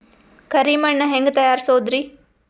ಕರಿ ಮಣ್ ಹೆಂಗ್ ತಯಾರಸೋದರಿ?